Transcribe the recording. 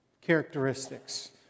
characteristics